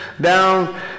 down